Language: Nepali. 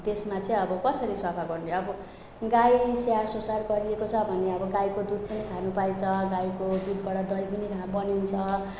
त्यसमा चाहिँ अब कसरी सफा गर्ने अब गाई स्याहारसुसार गरिएको छ भने अब गाईको दुध पनि खान पाइन्छ गाईको दुधबाट दही पनि खा बनिन्छ